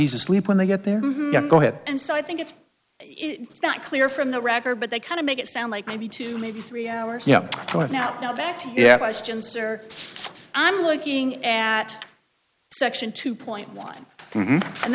he's asleep when they get there go ahead and so i think it's not clear from the record but they kind of make it sound like maybe two maybe three hours yeah right now now back to yeah i'm looking at section two point one and